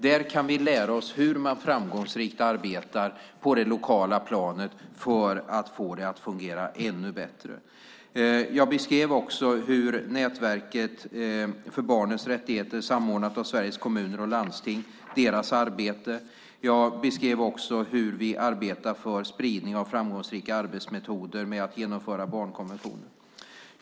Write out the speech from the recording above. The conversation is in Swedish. Där kan vi lära oss hur man framgångsrikt arbetar på det lokala planet för att få det att fungera ännu bättre. Jag beskrev också arbetet med nätverket för barnets rättigheter samordnat av Sveriges Kommuner och Landsting. Jag beskrev också hur vi arbetar för spridning av framgångsrika arbetsmetoder för att genomföra barnkonventionen.